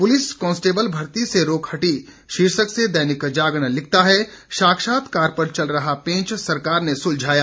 police constable भर्ती से रोक हटी शीर्षक से दैनिक जागरण लिखता है साक्षात्कार पर चल रहा पेंच सरकार ने सुलझाया